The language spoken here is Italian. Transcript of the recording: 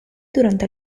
durante